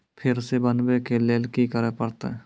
फेर सॅ बनबै के लेल की करे परतै?